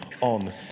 on